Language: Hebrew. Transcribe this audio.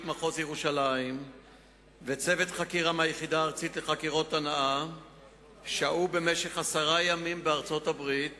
מחוז ירושלים ושני חוקרים מיאח"ה שהו בארצות-הברית